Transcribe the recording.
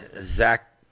zach